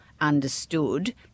understood